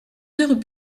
heures